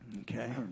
Okay